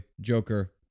Joker